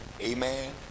Amen